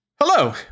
Hello